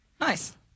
Nice